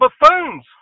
buffoons